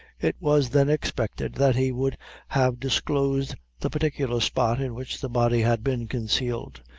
it was then expected that he would have disclosed the particular spot in which the body had been concealed,